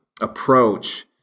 approach